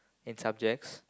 in subjects